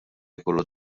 jkollu